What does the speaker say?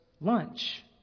lunch